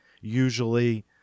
usually